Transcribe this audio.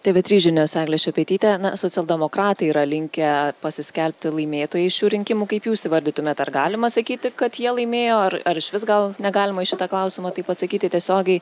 tv trys žinios eglė šepetytė socialdemokratai yra linkę pasiskelbti laimėtojais šių rinkimų kaip jūs įvardytumėt ar galima sakyti kad jie laimėjo ar ar išvis gal negalima į šitą klausimą taip atsakyti tiesiogiai